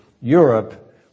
Europe